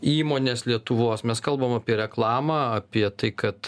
įmonės lietuvos mes kalbam apie reklamą apie tai kad